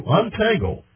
untangle